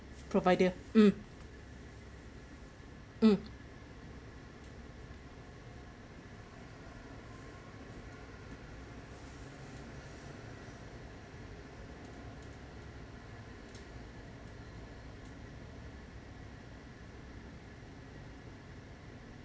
provider mm mm